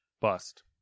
bust